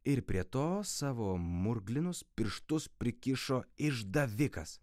ir prie to savo murklinus pirštus prikišo išdavikas